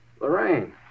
Lorraine